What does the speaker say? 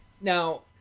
now